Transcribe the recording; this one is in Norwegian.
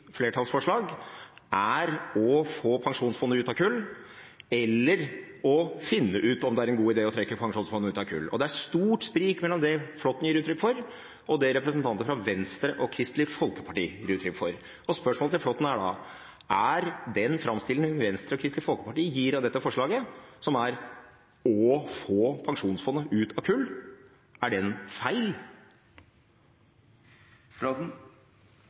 er å få pensjonsfondet ut av kull, eller å finne ut om det er en god idé å trekke pensjonsfondet ut av kull. Det er et stort sprik mellom det Flåtten gir uttrykk for, og det representanter fra Venstre og Kristelig Folkeparti gir uttrykk for. Spørsmålet til Flåtten er da: Er den framstillingen som Venstre og Kristelig Folkeparti gir av dette forslaget – som er å få pensjonsfondet ut av kull